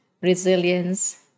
resilience